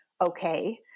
okay